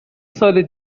سال